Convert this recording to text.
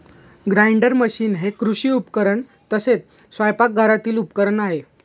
grinder machine हे कृषी उपकरण तसेच स्वयंपाकघरातील उपकरण आहे